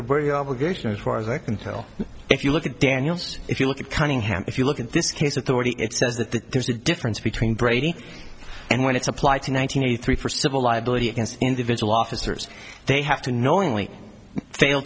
are very obligation as far as i can tell if you look at daniels if you look at cunningham if you look at this case authority it says that there's a difference between brady and when it's applied to nine hundred eighty three for civil liability against individual officers they have to knowingly fail